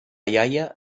iaia